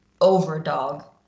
overdog